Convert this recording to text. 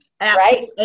Right